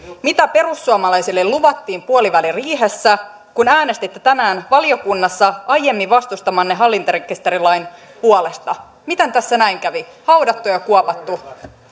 mitä perussuomalaisille luvattiin puoliväliriihessä kun äänestitte tänään valiokunnassa aiemmin vastustamanne hallintarekisterilain puolesta miten tässä näin kävi haudattu ja kuopattu